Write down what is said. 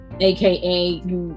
AKA